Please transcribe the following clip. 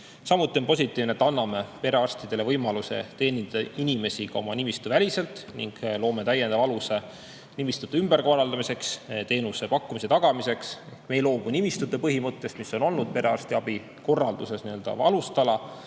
Samuti on positiivne, et anname perearstidele võimaluse teenindada inimesi ka oma nimistu väliselt, loome täiendava aluse nimistute ümberkorraldamiseks, teenuse pakkumise tagamiseks. Me ei loobu nimistute põhimõttest, mis on olnud perearstiabi korralduse alustala,